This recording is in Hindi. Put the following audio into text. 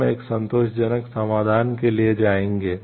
हम एक संतोषजनक समाधान के लिए जाएंगे